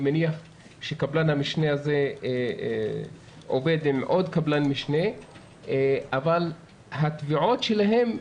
אני מניח שקבלן המשנה הזה עובד עם עוד קבלן משנה אבל התביעות שלהם,